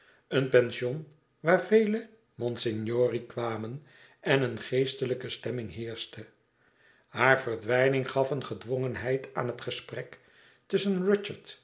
een pension waar vele monsignore's kwamen en een geestelijke stemming heerschte hare verdwijning gaf eene gedwongenheid aan het gesprek tusschen